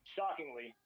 Shockingly